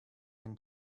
him